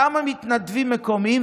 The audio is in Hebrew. כמה מתנדבים מקומיים.